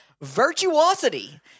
virtuosity